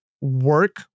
work